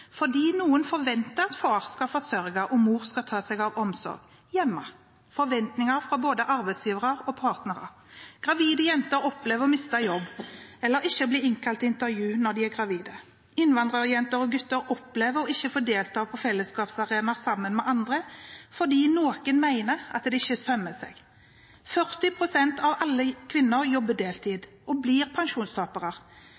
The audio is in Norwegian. fordi noen forventer at far skal forsørge og mor skal ta seg av omsorgen hjemme – forventninger fra både arbeidsgivere og partnere. Gravide jenter opplever å miste jobben eller ikke å bli innkalt til intervju. Innvandrerjenter og -gutter opplever å ikke få delta på fellesskapsarenaer sammen med andre, fordi noen mener at det ikke sømmer seg. 40 pst. av alle kvinner jobber